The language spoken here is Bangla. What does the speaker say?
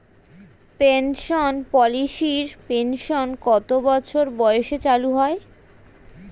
পেনশন পলিসির পেনশন কত বছর বয়সে চালু হয়?